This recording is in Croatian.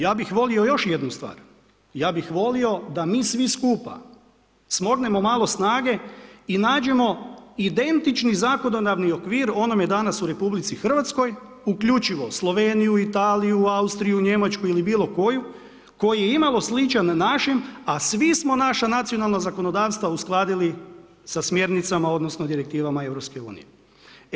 Ja bih volio još jednu stvar, ja bih volio da mi svi skupa smognemo malo snage i nađemo identični zakonodavni okvir onome danas u Republici Hrvatskoj uključivo Sloveniju, Italiju, Austriju, Njemačku ili bilo koju koji je imalo sličan našem a svi smo naša nacionalna zakonodavstva uskladili sa smjernicama odnosno, direktivama Europske unije.